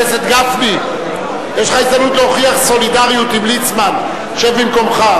גפני, להוכיח סולידריות עם ליצמן, שב במקומך.